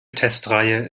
testreihe